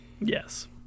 Yes